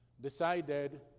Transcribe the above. decided